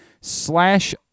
slash